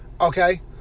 Okay